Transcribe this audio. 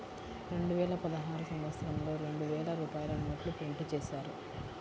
రెండువేల పదహారు సంవత్సరంలో రెండు వేల రూపాయల నోట్లు ప్రింటు చేశారు